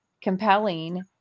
compelling